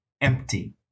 empty